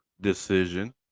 decision